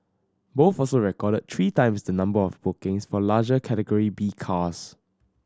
both also recorded three times the number of bookings for larger Category B cars